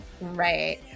Right